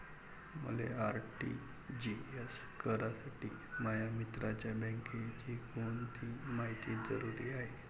मले आर.टी.जी.एस करासाठी माया मित्राच्या बँकेची कोनची मायती जरुरी हाय?